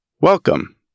welcome